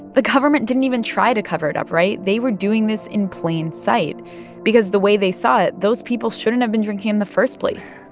the government didn't even try to cover it up, right? they were doing this in plain sight because the way they saw it, those people shouldn't have been drinking in the first place